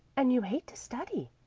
and you hate to study.